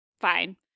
fine